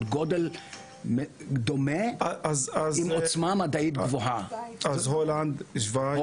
גודל דומה עם עוצמה מדעית גבוהה הולנד,